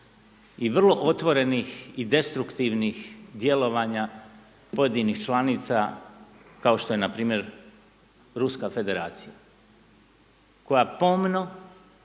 i vrlo otvorenih i destruktivnih djelovanja pojedinih članica kao što je npr. Ruska Federacija, koja pomno